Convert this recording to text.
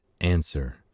Answer